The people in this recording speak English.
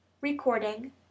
Recording